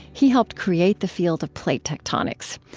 he helped create the field of plate tectonics.